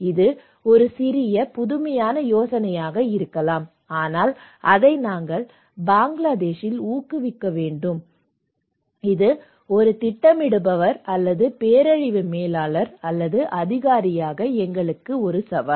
இது ஒரு சிறிய புதுமையான யோசனையாக இருக்கலாம் ஆனால் அதை நாங்கள் பங்களாதேஷில் ஊக்குவிக்க வேண்டும் இது ஒரு திட்டமிடுபவர் அல்லது பேரழிவு மேலாளர் அல்லது அதிகாரியாக எங்கள் சவால்